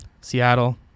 Seattle